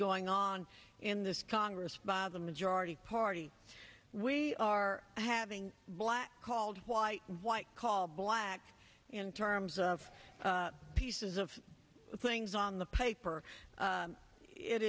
going on in this congress by the majority party we are having black called white white called black in terms of pieces of things on the paper